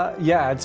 ah yeah.